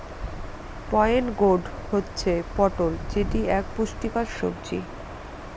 pointed gourd হচ্ছে পটল যেটি এক পুষ্টিকর সবজি